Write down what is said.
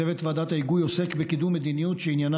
צוות ועדת ההיגוי עוסק בקידום מדיניות שעניינה